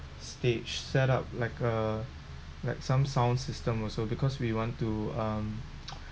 stage set up like a like some sound system also because we want to um